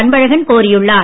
அன்பழகன் கோரியுள்ளார்